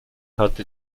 hatte